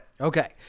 okay